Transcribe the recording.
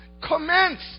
commence